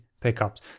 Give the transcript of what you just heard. pickups